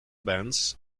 bands